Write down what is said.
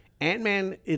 Ant-Man